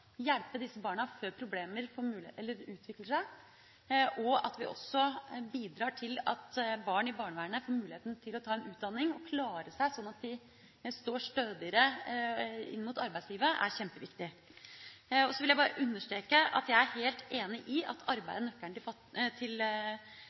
hjelpe disse barna før problemene utvikler seg. At vi også bidrar til at barn i barnevernet får muligheten til å ta en utdanning, klare seg slik at de står stødigere inn mot arbeidslivet, er kjempeviktig. Så vil jeg bare understreke at jeg er helt enig i at